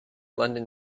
london